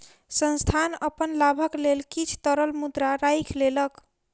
संस्थान अपन लाभक लेल किछ तरल मुद्रा राइख लेलक